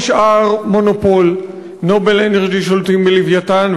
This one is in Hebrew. נשאר מונופול: "נובל אנרג'י" שולטים ב"לווייתן",